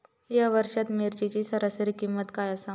या वर्षात मिरचीची सरासरी किंमत काय आसा?